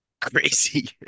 crazy